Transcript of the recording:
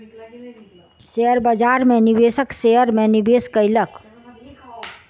share बाजार में निवेशक शेयर में निवेश कयलक